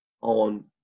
on